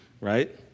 right